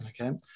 Okay